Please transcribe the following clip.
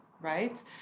right